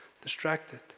Distracted